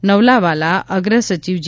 નવલાવાલા અગ્ર સચિવ જે